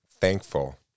thankful